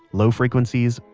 low frequencies,